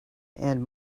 and